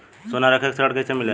सोना रख के ऋण कैसे मिलेला?